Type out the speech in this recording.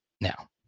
Now